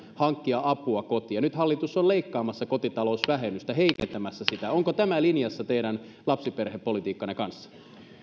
hankkia apua kotiin nyt hallitus on leikkaamassa kotitalousvähennystä heikentämässä sitä onko tämä linjassa teidän lapsiperhepolitiikkanne kanssa